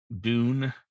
Dune